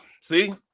see